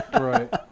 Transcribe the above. Right